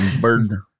Bird